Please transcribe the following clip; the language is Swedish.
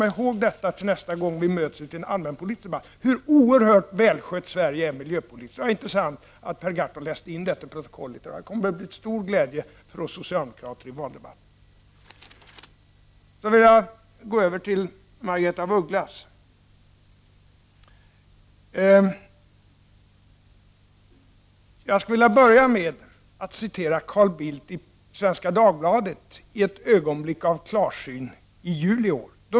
Jag skall nästa gång vi möts i en allmänpolitisk debatt komma ihåg hur oerhört välskött Sverige är på miljöpolitikens område. Det var intressant att Per Gahrton läste in detta i protokollet, och det kommer att bli till stor glädje för oss socialdemokrater i valdebatten. Så över till Margaretha af Ugglas. Jag skulle vilja börja med att hänvisa till vad Carl Bildt skrev i Svenska Dagbladet i ett ögonblick av klarsyn i juli i år.